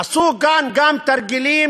עשו כאן גם תרגילים,